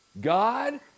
God